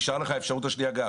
נשארה לך גם האפשרות השנייה.